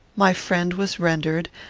my friend was rendered,